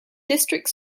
district